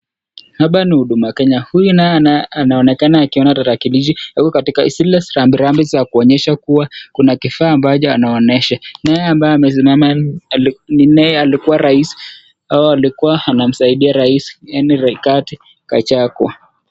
Hapa ni huduma Kenya. Huyu na yeye anaonekana akiona tarakilishi. Ako katika zile rambirambi za kuonyesha kuwa kuna kifaa ambacho anaonyesha. Na yeye ambaye amesimama alikuwa ni naibu alikuwa rais au alikuwa anamsaidia rais yaani Rigathi Gachagua.